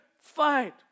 fight